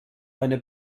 eine